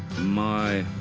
my,